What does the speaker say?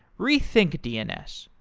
rethink dns,